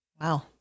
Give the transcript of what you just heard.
Wow